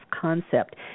concept